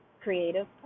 creative